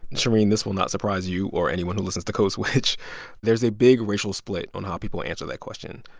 shereen, this will not surprise you or anyone who listens to code switch there's a big racial split on how people answer that question.